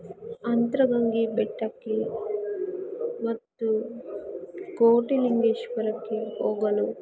ಅಂತರ ಗಂಗೆ ಬೆಟ್ಟಕ್ಕೆ ಮತ್ತು ಕೋಟೆ ಲಿಂಗೇಶ್ವರಕ್ಕೆ ಹೋಗಲು